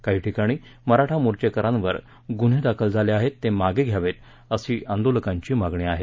काही ठिकाणी मराठा मोर्चेकऱ्यांवर गुन्हे दाखल झाले आहेत ते मागं घ्यावेत अशी आंदोलकांची मागणी आहे